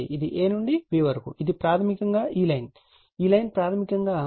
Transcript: ఇది a నుండి b వరకు ఇది ప్రాథమికంగా ఈ లైన్ ఈ లైన్ ప్రాథమికంగా ఇది Vab VL ∠ 00 Vbc